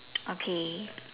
okay